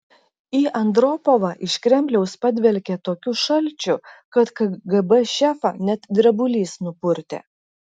į andropovą iš kremliaus padvelkė tokiu šalčiu kad kgb šefą net drebulys nupurtė